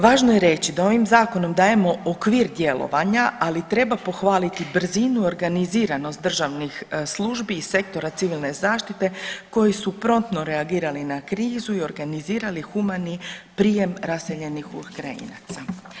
Važno je reći da ovim zakonom dajemo okvir djelovanja, ali treba pohvaliti brzinu, organiziranost državnih službi i sektora civilne zaštite koji su promptno reagirali na krizu i organizirali humani prijem raseljenih Ukrajinaca.